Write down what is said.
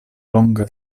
longa